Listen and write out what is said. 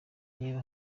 niba